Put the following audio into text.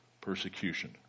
persecution